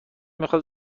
میخواد